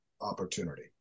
opportunity